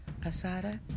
Asada